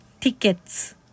Tickets